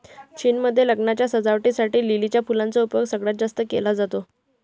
चीन मध्ये लग्नाच्या सजावटी साठी लिलीच्या फुलांचा उपयोग सगळ्यात जास्त केला जातो